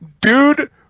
dude